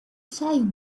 say